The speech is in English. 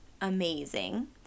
amazing